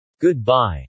Goodbye